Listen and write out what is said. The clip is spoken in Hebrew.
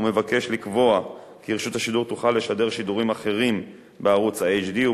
והוא מבקש לקבוע כי רשות השידור תוכל לשדר שידורים אחרים בערוץ ה-HD,